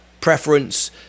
preference